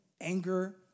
anger